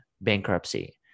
bankruptcy